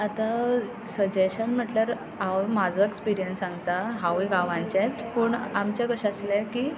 आतां सजेशन म्हटल्यार हांव म्हाजो एक्सपिरियन्स सांगता हांवूय गांवानचेंच पूण आमचें कशें आसलें की